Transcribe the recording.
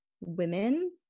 women